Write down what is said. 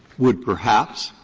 would perhaps,